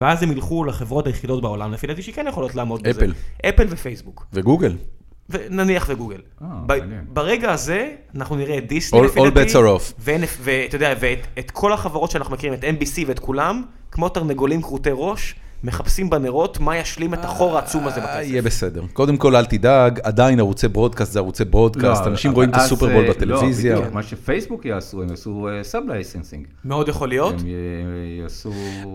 ואז הם ילכו לחברות היחידות בעולם לפילאטי, שכן יכולות לעמוד בזה. אפל. אפל ופייסבוק. וגוגל. ונניח וגוגל. ברגע הזה אנחנו נראה את דיסטי. אול בדס אר אוף. לפילאטי, ואת כל החברות שאנחנו מכירים, את MBC ואת כולם, כמו תרנגולים כרותי ראש, מחפשים בנרות מה ישלים את החור העצום הזה בכסף. יהיה בסדר. קודם כל אל תדאג, עדיין ערוצי ברודקאסט זה ערוצי ברודקאסט, אנשים רואים את הסופרבול בטלוויזיה. אז לא. מה שפייסבוק יעשו, הם יעשו סאב לייסנסינג. מאוד יכול להיות. הם... יעשו.